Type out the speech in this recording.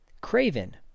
craven